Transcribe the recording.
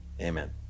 Amen